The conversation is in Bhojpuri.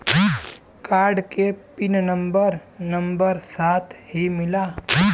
कार्ड के पिन नंबर नंबर साथही मिला?